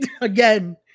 Again